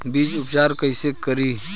बीज उपचार कईसे करी?